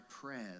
prayers